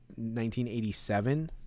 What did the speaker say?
1987